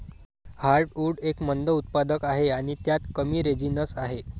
heartwood एक मंद उत्पादक आहे आणि त्यात कमी रेझिनस आहे